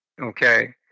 Okay